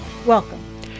Welcome